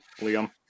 liam